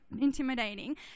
intimidating